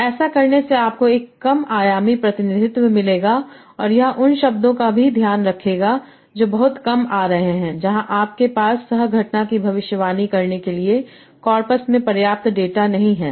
और ऐसा करने से आपको एक कम आयामी प्रतिनिधित्व मिलेगा और यह उन शब्दों का भी ध्यान रखेगा जो बहुत कम आ रहे हैं जहां आपके पास सह घटना की भविष्यवाणी करने के लिए कॉर्पस में पर्याप्त डेटा नहीं है